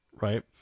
right